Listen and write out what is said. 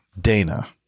Dana